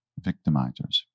victimizers